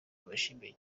mbashimiye